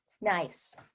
nice